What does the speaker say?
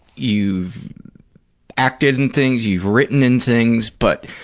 you've acted in things. you've written in things. but